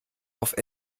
auf